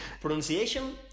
Pronunciation